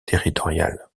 territoriale